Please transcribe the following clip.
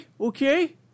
Okay